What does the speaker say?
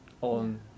on